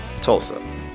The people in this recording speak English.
Tulsa